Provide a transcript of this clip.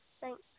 Thanks